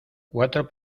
cuatro